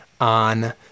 on